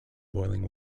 boiling